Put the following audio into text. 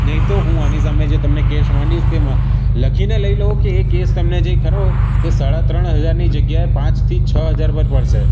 નહીં તો હું આની સામે જે તમને કેસ માંડીશ તેમાં લખી ને લઈ લો કે એ કેસ તમને જે કરો તે સાડા ત્રણ હજારની જગ્યાએ પાંચથી છ હજાર પર પડશે